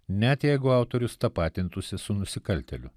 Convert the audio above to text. net jeigu autorius tapatintųsi su nusikaltėliu